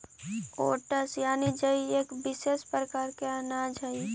oats यानि जई एक विशेष प्रकार के अनाज हइ